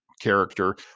character